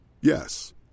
Yes